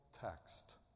text